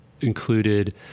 included